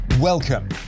Welcome